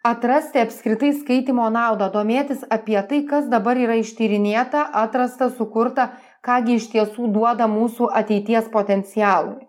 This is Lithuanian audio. atrasti apskritai skaitymo naudą domėtis apie tai kas dabar yra ištyrinėta atrasta sukurta ką gi iš tiesų duoda mūsų ateities potencialui